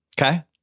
Okay